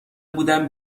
بودن